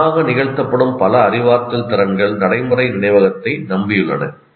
தானாக நிகழ்த்தப்படும் பல அறிவாற்றல் திறன்கள் நடைமுறை நினைவகத்தை நம்பியுள்ளன